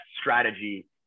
strategy